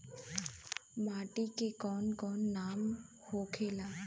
माटी के कौन कौन नाम होखेला?